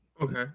okay